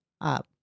up